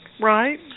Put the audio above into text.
Right